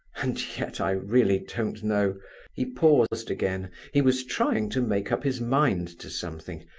and yet i really don't know he paused again, he was trying to make up his mind to something,